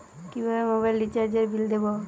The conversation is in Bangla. কিভাবে মোবাইল রিচার্যএর বিল দেবো?